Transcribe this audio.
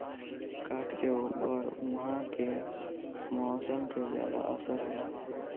काठ के ऊपर उहाँ के मौसम के ज्यादा असर होला